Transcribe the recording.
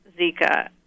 Zika